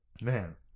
Man